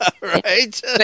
Right